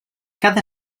cada